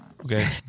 Okay